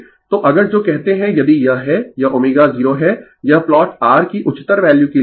तो अगर जो कहते है यदि यह है यह ω0 है यह प्लॉट R की उच्चतर वैल्यू के लिए है